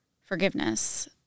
forgiveness